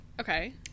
Okay